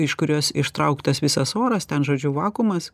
iš kurios ištrauktas visas oras ten žodžiu vakuumas